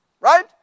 right